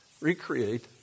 recreate